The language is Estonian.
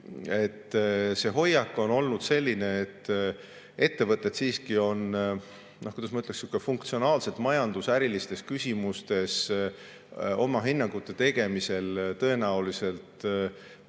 siis hoiak on olnud selline, et ettevõtetel siiski on, kuidas ma ütleksin, funktsionaalselt majandusärilistes küsimustes oma hinnangute tegemisel tõenäoliselt suurem